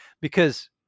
because-